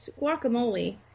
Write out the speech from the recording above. guacamole